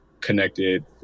connected